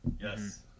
Yes